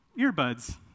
earbuds